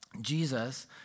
Jesus